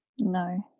No